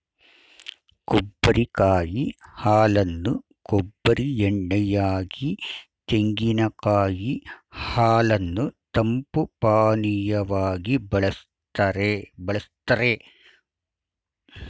ಕೊಬ್ಬರಿ ಕಾಯಿ ಹಾಲನ್ನು ಕೊಬ್ಬರಿ ಎಣ್ಣೆ ಯಾಗಿ, ತೆಂಗಿನಕಾಯಿ ಹಾಲನ್ನು ತಂಪು ಪಾನೀಯವಾಗಿ ಬಳ್ಸತ್ತರೆ